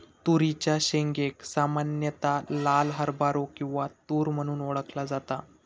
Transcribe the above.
तुरीच्या शेंगेक सामान्यता लाल हरभरो किंवा तुर म्हणून ओळखला जाता